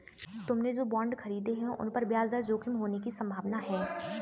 तुमने जो बॉन्ड खरीदे हैं, उन पर ब्याज दर जोखिम होने की संभावना है